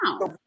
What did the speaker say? wow